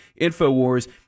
Infowars